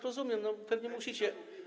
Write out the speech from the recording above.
Rozumiem, pewnie musicie.